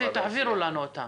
אוקיי, תעבירו לנו אותם.